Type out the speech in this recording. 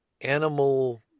animal